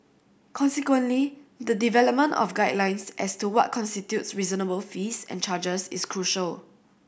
consequently the development of guidelines as to what constitutes reasonable fees and charges is crucial